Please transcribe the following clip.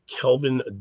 Kelvin